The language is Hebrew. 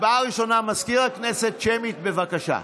הצבעה ראשונה, מזכיר הכנסת, שמית, בבקשה.